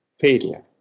failure